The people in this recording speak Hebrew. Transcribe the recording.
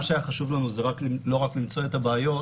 מה שהיה חשוב לנו זה לא רק למצוא את הבעיות.